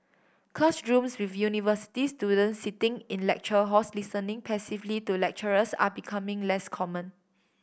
classrooms with university students sitting in lecture halls listening passively to lecturers are becoming less common